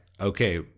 okay